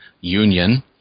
union